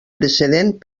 precedent